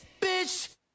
bitch